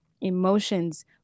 emotions